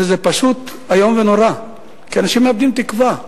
וזה פשוט איום ונורא, כי אנשים מאבדים תקווה.